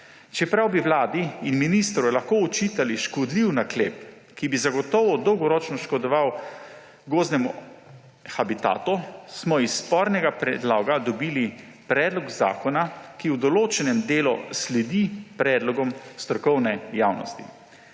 Čeprav bi vladi in ministru lahko očitali škodljiv naklep, ki bi zagotovo dolgoročno škodoval gozdnemu habitatu, smo iz spornega predloga dobili predlog zakona, ki v določenem delu sledi predlogom strokovne javnosti.